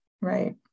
Right